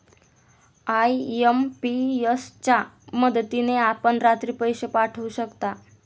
IMPS च्या मदतीने आपण रात्री पैसे पाठवू शकता